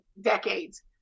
decades